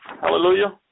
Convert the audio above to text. Hallelujah